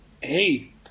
Hey